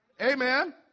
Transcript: Amen